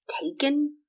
taken